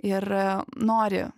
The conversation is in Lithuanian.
ir nori